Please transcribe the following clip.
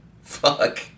Fuck